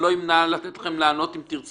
אני לא אמנע מכם לענות, אם תרצו.